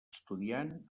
estudiant